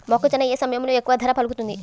మొక్కజొన్న ఏ సమయంలో ఎక్కువ ధర పలుకుతుంది?